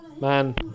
Man